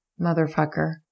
Motherfucker